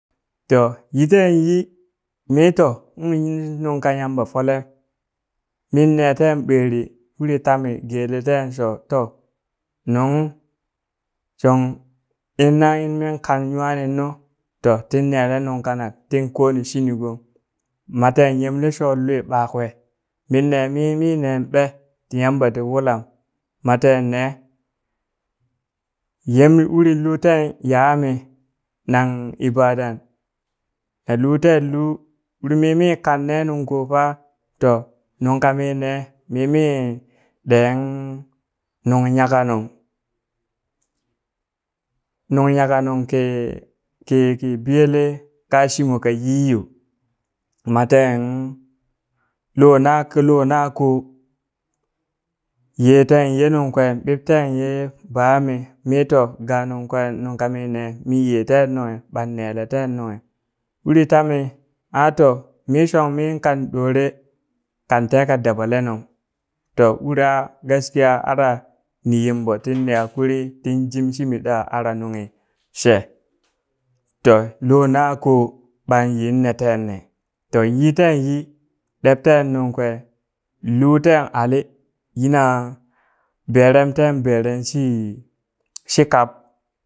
To yi ten yi mi to ung nungka Yamba folem mine ten ɓeri wuri tami geleten sho to nunghung shon inma in min kan nwaning nu to tin nele nung kanak tin konin shini gong maten yemle sho lwe ɓakwe min ne mimi nen ɓe? ti Yamba ti wulam maten ne yem uri lu ten Yaya mi nang Ibadan na luten lu uri mimki kan ne nungko fa to nung kami ne mimi den nung nyaka nung nung nyaka nung ki ki ki biyele ka shimo ka yi yo maten lona ka lona ko yeten ye nung kwe ɓib ten ye babami mi to ga nunga nung ka mine mi yeten nunghi ɓan neleten nunghi uri tami a to, mi shon min kan ɗore kan teka dabalenung to uri a gaskiya ara nin yimɓo tinne akuri tin jim shimi ɗa ara nunghi she to lonako ɓan yin etenne ton yiten yi ɗebten nungkwe luten ali yina berem ten bere shi shi kab